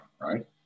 right